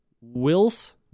Wills